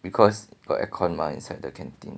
because got air con mah inside the canteen